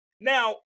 Now